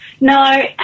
No